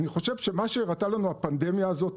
אני חושב שמה שהראתה לנו הפנדמיה הזו,